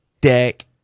deck